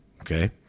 okay